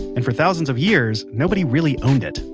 and for thousands of years, nobody really owned it.